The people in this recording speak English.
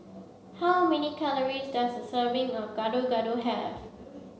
how many calories does a serving of Gado Gado have